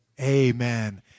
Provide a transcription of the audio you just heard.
amen